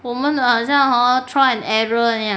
我们的好像 trial and error 这样